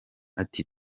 ati